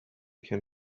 can